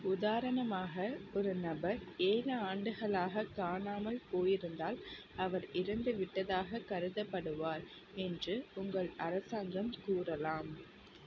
உதாரணமாக ஒரு நபர் ஏழு ஆண்டுகளாக காணாமல் போயிருந்தால் அவர் இறந்துவிட்டதாகக் கருதப்படுவார் என்று உங்கள் அரசாங்கம் கூறலாம்